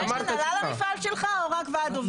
יש הנהלה למפעל שלך או רק ועד עובדים?